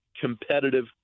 competitive